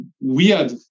weird